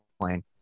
plane